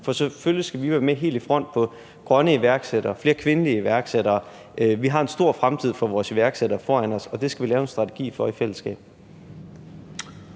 for selvfølgelig skal vi være med helt i front med grønne iværksættere og flere kvindelige iværksættere. Vi har en stor fremtid for vores iværksættere foran os, og det skal vi lave en strategi for i fællesskab.